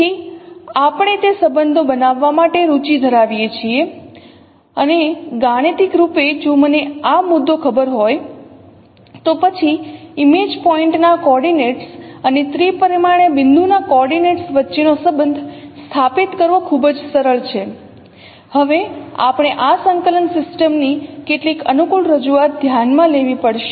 તેથી આપણે તે સંબંધો બનાવવા માટે રુચિ ધરાવીએ છીએ અને ગાણિતિક રૂપે જો મને આ મુદ્દો ખબર હોય તો પછી ઇમેજ પોઇન્ટ ના કોઓર્ડિનેટ્સ અને ત્રિપરિમાણીય બિંદુના કોઓર્ડિનેટ્સ વચ્ચેનો સંબંધ સ્થાપિત કરવો ખૂબ જ સરળ છે હવે આપણે આ સંકલન સિસ્ટમ ની કેટલીક અનુકૂળ રજૂઆત ધ્યાનમાં લેવી પડશે